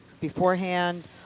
beforehand